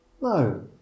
No